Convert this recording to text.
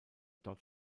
dort